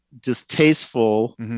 distasteful